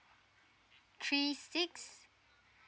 three six